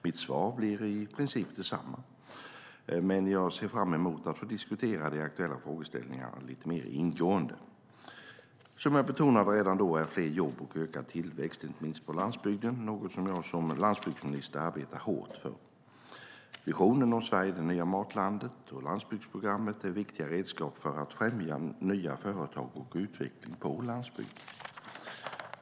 Mitt svar blir i princip detsamma, men jag ser fram emot att få diskutera de aktuella frågeställningarna lite mer ingående. Som jag betonade redan då är fler jobb och ökad tillväxt, inte minst på landsbygden, något som jag som landsbygdsminister arbetar hårt för. Visionen om Sverige - det nya matlandet och landsbygdsprogrammet är viktiga redskap för att främja nya företag och utveckling på landsbygden.